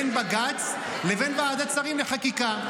מה ההבדל בין בג"ץ לבין ועדת שרים לחקיקה?